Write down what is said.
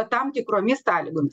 tam tikromis sąlygomis